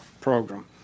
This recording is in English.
program